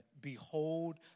Behold